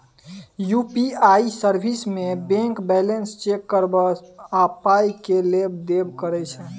UPI service मे bank balance check करब आ पाइ केर लेब देब करब छै